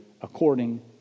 according